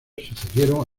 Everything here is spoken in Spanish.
sucedieron